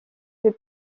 fait